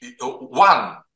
one